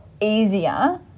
easier